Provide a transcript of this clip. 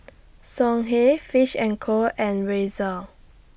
Songhe Fish and Co and Razer